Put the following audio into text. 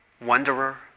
wanderer